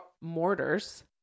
mortars